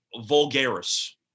Vulgaris